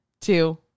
two